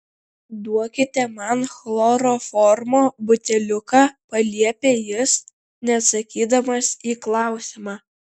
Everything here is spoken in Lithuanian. duokite man chloroformo buteliuką paliepė jis neatsakydamas į klausimą